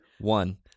One